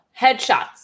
Headshots